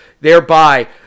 Thereby